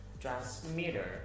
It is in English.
transmitter